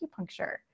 acupuncture